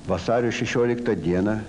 vasario šešioliktą dieną